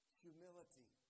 humility